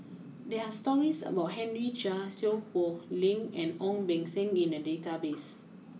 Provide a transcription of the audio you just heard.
there are stories about Henry Chia Seow Poh Leng and Ong Beng Seng in the database